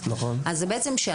זה לא מדויק שזה בשנה.